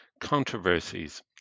controversies